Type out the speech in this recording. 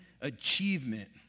achievement